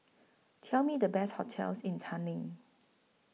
Show Me The Best hotels in Tallinn